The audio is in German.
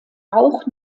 auch